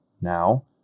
Now